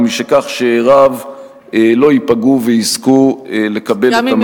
ומשכך שאיריו לא ייפגעו ויזכו לקבל את המגיע להם.